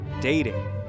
dating